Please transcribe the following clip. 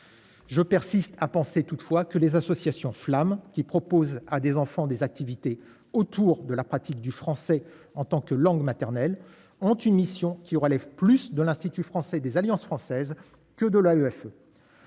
je persiste à penser toutefois que les associations flammes qui propose à des enfants, des activités autour de la pratique du français en tant que langue maternelle ont une mission qui relève plus de l'institut français des alliances françaises que de la